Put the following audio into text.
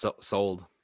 Sold